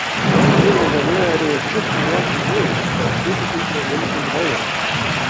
ji negalėjo rėčiu sijoti miltų kad kūdikis negimtų žvairas